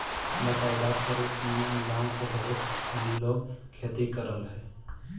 बँटाईदार के रूप में गाँव में बहुत सनी लोग खेती करऽ हइ